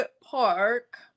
Park